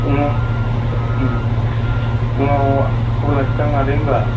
उनाव उनाव खबर लानोसैदां आदै होनबा